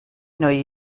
neue